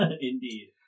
Indeed